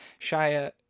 Shia